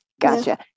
Gotcha